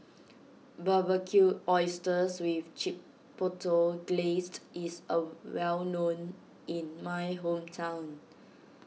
Barbecued Oysters with Chipotle Glaze is a well known in my hometown